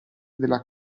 della